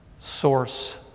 source